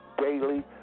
daily